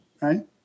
right